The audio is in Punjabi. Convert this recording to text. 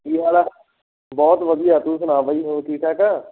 ਕੀ ਹਾਲ ਆ ਬਹੁਤ ਵਧੀਆ ਤੂੰ ਸੁਣਾ ਬਾਈ ਹੋਰ ਠੀਕ ਠਾਕ ਆ